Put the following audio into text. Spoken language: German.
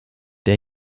der